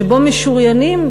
שבו משוריינים,